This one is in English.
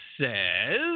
says